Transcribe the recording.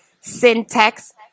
syntax